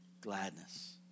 gladness